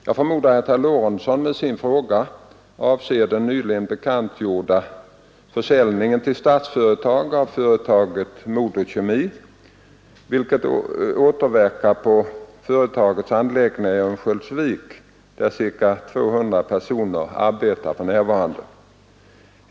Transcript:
Jag förmodar att herr Lorentzon med sin fråga avser den nyligen bekantgjorda försäljningen till Statsföretag av företaget MoDo-Kemi, vilken återverkar på företagets anläggningar i Örnsköldsvik, där ca 200 personer arbetar för närvarande.